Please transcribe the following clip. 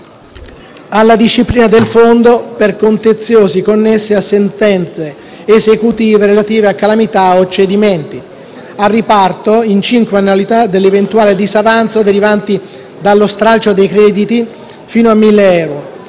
alla disciplina del Fondo per contenziosi connessi a sentenze esecutive relative a calamità o cedimenti; al riparto in cinque annualità dell'eventuale disavanzo derivante dallo stralcio dei crediti fino a mille euro;